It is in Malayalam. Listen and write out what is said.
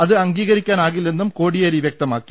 അത് അംഗീകരിക്കാനാകില്ലെന്നും കോടിയേരി പറഞ്ഞു